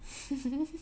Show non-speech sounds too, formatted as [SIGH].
[LAUGHS]